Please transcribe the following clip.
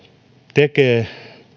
tekee